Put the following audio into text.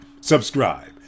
subscribe